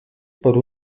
por